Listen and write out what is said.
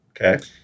Okay